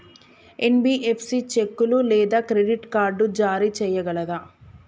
NBFC చెక్కులు లేదా credit card జారీ చేయగలదా?